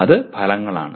അത് ഫലങ്ങളാണ്